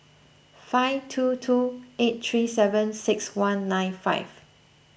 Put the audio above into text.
five two two eight three seven six one nine five